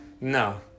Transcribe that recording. No